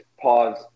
pause